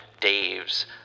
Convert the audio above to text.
Dave's